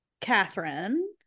Catherine